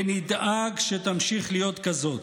ונדאג שתמשיך להיות כזאת.